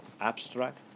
abstract